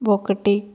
ఒకటి